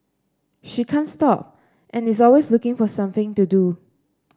she can't stop and is always looking for something to do